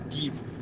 give